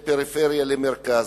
בין פריפריה למרכז.